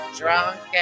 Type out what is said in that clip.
drunk